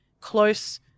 close